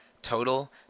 total